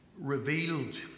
revealed